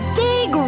big